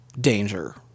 danger